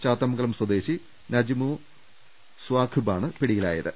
ചാത്തമംഗലം സ്വദേശി നജ്മൂ ്സ്വാക്വിബ് ആണ് പിടിയിലായത്